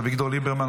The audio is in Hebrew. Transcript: אביגדור ליברמן,